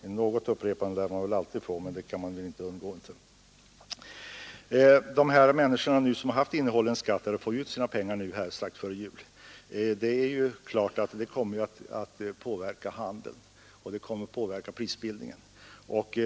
I någon mån lär man väl alltid få ett 3 upprepande, det kan man väl inte undgå. Att människor nu får ut sina innehållna skattepengar strax före jul kommer givetvis att påverka handeln och prisbildningen.